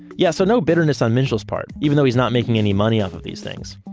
yeah so no bitterness on minshall's part even though he's not making any money off of these things.